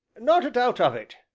not a doubt of it,